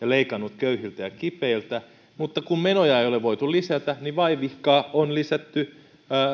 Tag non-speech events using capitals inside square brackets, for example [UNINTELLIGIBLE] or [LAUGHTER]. [UNINTELLIGIBLE] leikannut köyhiltä ja kipeiltä mutta kun menoja ei ole voitu lisätä niin vaivihkaa on lisätty